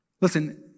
Listen